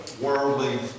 worldly